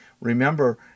remember